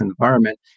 environment